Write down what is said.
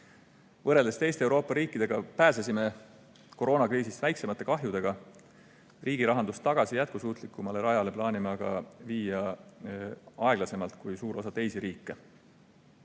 Võrreldes teiste Euroopa riikidega pääsesime koroonakriisist väiksemate kahjudega. Riigirahandust tagasi jätkusuutlikumale rajale plaanime aga viia aeglasemalt kui suur osa teisi riike.